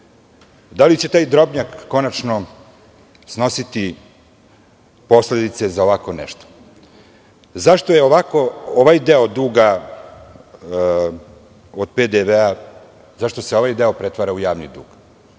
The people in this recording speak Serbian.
li će taj Drobnjak konačno snositi posledice za ovako nešto? Zašto je ovaj deo duga od PDV, zašto se ovaj deo